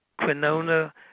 quinona